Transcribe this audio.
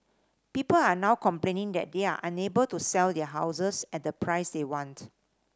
people are now complaining that they are unable to sell their houses at the price they want